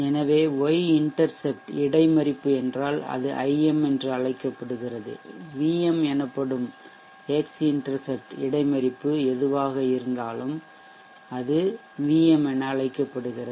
எனவே y intercept இடைமறிப்பு என்றால்அது Im என அழைக்கப்படுகிறது Vm எனப்படும் x இன்டெர்செப்ட் இடைமறிப்பு எதுவாக இருந்தாலும் அது Vm என அழைக்கப்படுகிறது